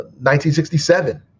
1967